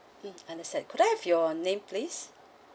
mm understand could I have your name please